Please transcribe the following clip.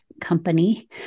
Company